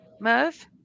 Merv